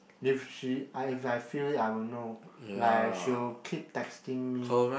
if she I if I feel it I will know like she will keep texting me